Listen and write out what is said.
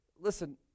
Listen